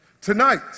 Tonight